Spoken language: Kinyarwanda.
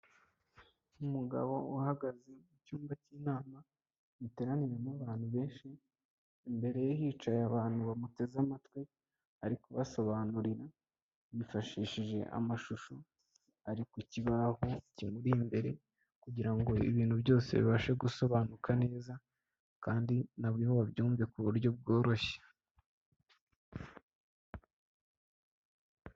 Ni umugabo uhagaze mu cyumba cy'inama giteraniramo abantu benshi, imbere ye hicaye abantu bamuteze amatwi, ari kubasobanurira bifashishije amashusho ari kukibaho kimuri imbere kugira ngo ibintu byose bibashe gusobanuka neza kandi na we babyumve ku buryo bworoshye.